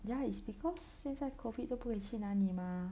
ya it's because 现在 COVID 都不会去那里吗